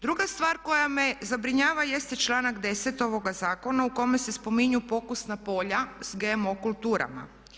Druga stvar koja me zabrinjava jeste članak 10. ovoga zakona u kome se spominju pokusna polja s GMO kulturama.